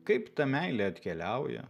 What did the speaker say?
kaip ta meilė atkeliauja